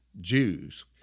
Jews